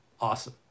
awesome